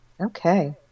Okay